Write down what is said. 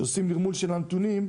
וכשעושים נרמול של הנתונים,